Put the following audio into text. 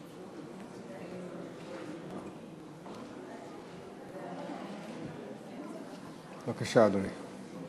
בבקשה, אדוני.